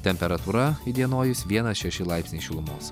temperatūra įdienojus vienas šeši laipsniai šilumos